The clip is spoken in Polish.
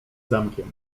zamkiem